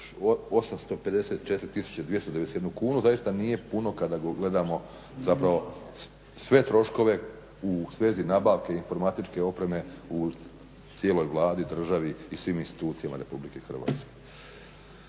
291 kunu zaista nije puno kada gledamo zapravo sve troškove u svezi nabavke informatičke opreme u cijeloj Vladi, državi i svim institucijama Republike Hrvatske.